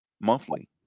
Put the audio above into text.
monthly